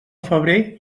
febrer